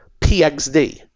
pxd